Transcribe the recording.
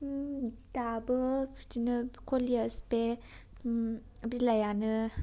दाबो बिदिनो कलेज बे बिलाइआनो